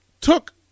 took